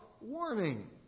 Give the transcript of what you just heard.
warning